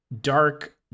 dark